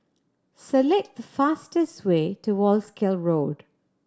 select the fastest way to Wolskel Road